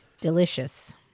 delicious